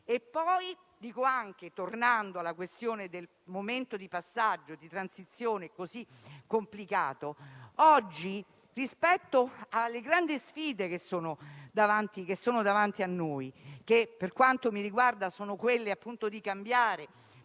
Torno alla questione del momento di passaggio e di transizione tanto complicato. Rispetto alle grandi sfide che abbiamo davanti, che per quanto mi riguarda sono quelle di cambiare